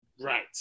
Right